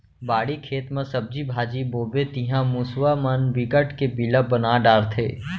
बाड़ी, खेत म सब्जी भाजी बोबे तिंहा मूसवा मन बिकट के बिला बना डारथे